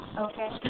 okay